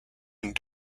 and